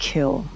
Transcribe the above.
kill